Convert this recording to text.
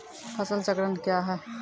फसल चक्रण कया हैं?